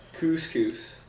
Couscous